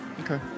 Okay